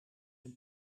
een